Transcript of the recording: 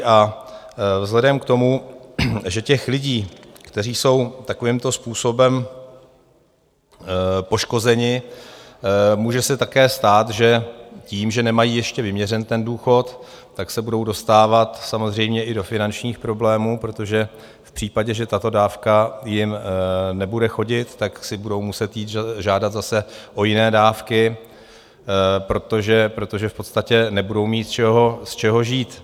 A vzhledem k tomu, že těch lidí, kteří jsou takovýmto způsobem poškozeni, může se také stát, že tím, že nemají ještě vyměřen důchod, tak se budou dostávat samozřejmě i do finančních problémů, protože v případě, že tato dávka jim nebude chodit, tak si budou muset jít žádat zase o jiné dávky, protože v podstatě nebudou mít čeho žít.